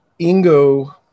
Ingo